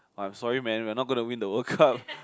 I'm sorry man we are not gonna win the World Cup